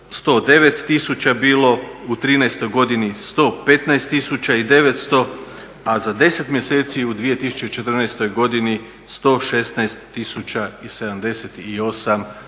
109.000 bilo u 2013. 115.900, a za 10 mjeseci u 2014.godini 116.078